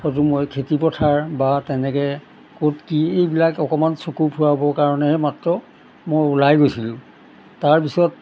হয়টো মই খেতি পথাৰ বা তেনেকৈ ক'ত কি এইবিলাক অকণমান চকু ফুৰাবৰ কাৰণেহে মাত্ৰ মই ওলাই গৈছিলোঁ তাৰপিছত